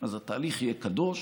אז התהליך יהיה קדוש